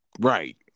Right